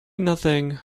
nothing